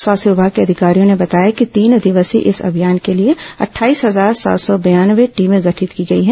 स्वास्थ्य विभाग के अधिकारियों ने बताया कि तीन दिवसीय इस अभियान के लिए अट्ठाईस हजार सात सौ बयानवे टीमें गठित की गई हैं